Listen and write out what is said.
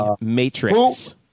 Matrix